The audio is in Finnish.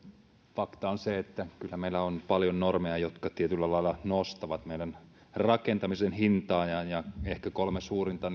fakta on se että kyllä meillä on paljon normeja jotka tietyllä lailla nostavat meidän rakentamisen hintaa ja ehkä kolme suurinta